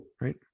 right